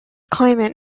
climate